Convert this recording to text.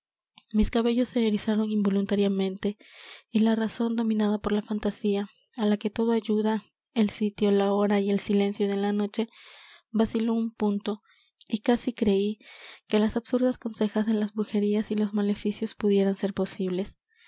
mis cabellos se erizaron involuntariamente y la razón dominada por la fantasía á la que todo ayudaba el sitio la hora y el silencio de la noche vaciló un punto y casi creí que las absurdas consejas de las brujerías y los maleficios pudieran ser posibles